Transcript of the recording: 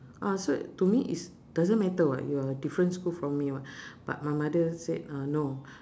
ah so to me it's doesn't matter [what] you're different school from me what but my mother said uh no